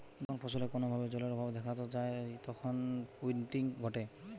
যখন ফসলে কোনো ভাবে জলের অভাব দেখাত যায় তখন উইল্টিং ঘটে